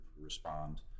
respond